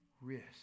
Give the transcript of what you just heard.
risk